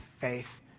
faith